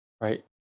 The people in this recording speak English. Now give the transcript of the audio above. right